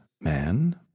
man